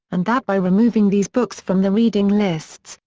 and that by removing these books from the reading lists,